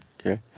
okay